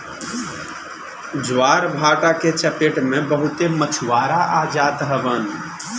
ज्वारभाटा के चपेट में बहुते मछुआरा आ जात हवन